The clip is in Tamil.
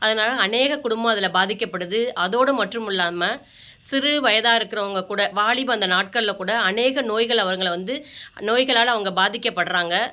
அதனால் அநேக குடும்பம் அதில் பாதிக்கப்படுது அதோடு மற்றும் இல்லாமல் சிறு வயதாக இருக்கிறவுங்க கூட வாலிப அந்த நாட்களில் கூட அநேக நோய்கள் அவங்களை வந்து நோய்களால் அவங்க பாதிக்கப்படுறாங்க